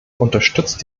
unterstützt